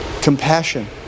compassion